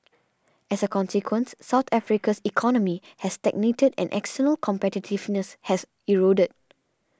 as a consequence South Africa's economy has stagnated and external competitiveness has eroded